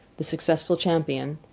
the successful champion,